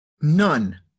None